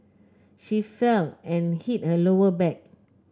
she fell and hit her lower back